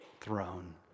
throne